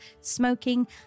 smoking